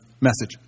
message